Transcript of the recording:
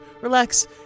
relax